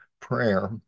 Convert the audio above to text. Prayer